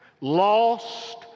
lost